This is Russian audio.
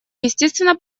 естественно